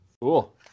Cool